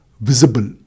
visible